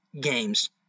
games